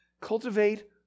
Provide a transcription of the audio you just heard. Cultivate